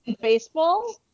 baseball